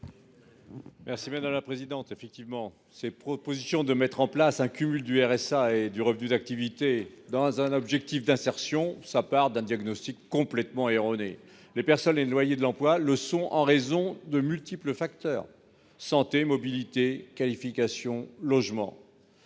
présenter l'amendement n° 101. Cette proposition de mettre en place un cumul du RSA et d'un revenu d'activité dans un objectif d'insertion part d'un diagnostic complètement erroné. Les personnes éloignées de l'emploi le sont en raison de multiples facteurs : santé, mobilité, qualification, logement